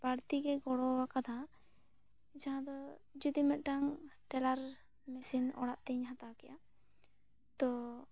ᱵᱟᱹᱲᱛᱤ ᱜᱮ ᱜᱚᱲᱚᱣᱟᱠᱟᱫᱟ ᱡᱟᱦᱟᱸ ᱫᱚ ᱡᱩᱫᱤ ᱢᱤᱫᱴᱟᱝ ᱴᱮᱞᱟᱨ ᱢᱤᱥᱤᱱ ᱚᱲᱟᱜ ᱛᱤᱧ ᱦᱟᱛᱟᱣ ᱠᱮᱫᱟ ᱛᱚ